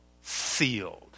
sealed